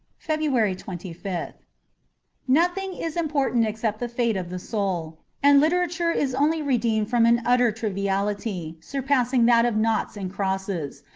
february twenty fifth nothing is important except the fate of the soul and literature is only redeemed from an utter triviality, surpassing that of naughts and crosses,